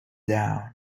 down